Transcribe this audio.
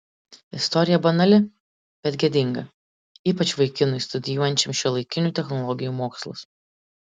istorija banali bet gėdinga ypač vaikinui studijuojančiam šiuolaikinių technologijų mokslus